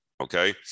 Okay